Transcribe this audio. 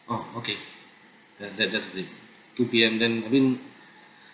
oh okay that that that's great two P_M then I mean